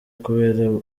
kubera